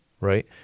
Right